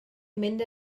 mynd